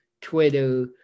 Twitter